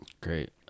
Great